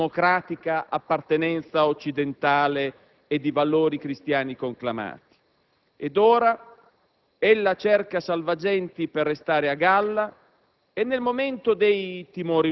o di consolidata e democratica appartenenza occidentale e di valori cristiani conclamati? Ed ora ella cerca salvagenti per restare a galla